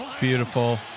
Beautiful